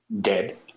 dead